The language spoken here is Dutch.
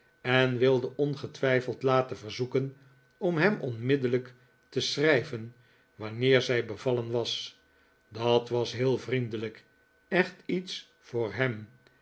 en wilde ongetwijfeld laten verzoeken om hem onmiddellijk te schrijven wanneer zij bevallen was dat was heel vriendelijk echt iets voor hem